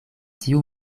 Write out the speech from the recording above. tiu